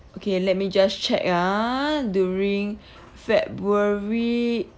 okay let me just check ah during february